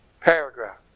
paragraph